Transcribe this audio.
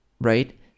right